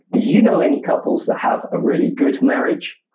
do you know any couples that have a really good marriage?